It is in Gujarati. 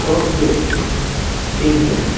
ઓકે ઠીક છે